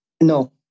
No